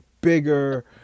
bigger